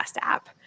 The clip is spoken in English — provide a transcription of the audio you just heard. app